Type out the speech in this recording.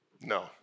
No